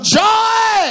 joy